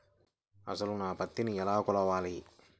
అసలు నా పత్తిని ఎలా కొలవాలి?